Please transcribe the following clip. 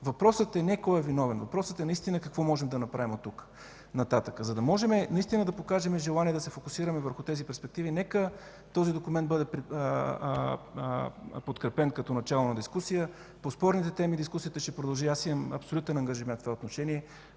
Въпросът е не кой е виновен, въпросът е наистина какво можем да направим от тук нататък. За да можем да покажем желание да се фокусираме върху тези перспективи, нека този документ бъде подкрепен като начална дискусия. По спорните теми дискусията ще продължи – аз имам абсолютен ангажимент в това отношение,